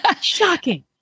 Shocking